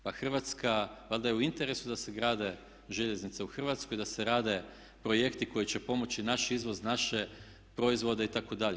Pa Hrvatska, valjda je u interesu da se grade željeznice u Hrvatskoj i da se grade projekti koji će pomoći naš izvoz, naše proizvode itd.